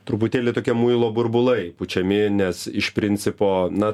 truputėlį tokie muilo burbulai pučiami nes iš principo na